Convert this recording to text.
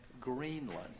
Greenland